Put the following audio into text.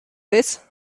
this